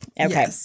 Okay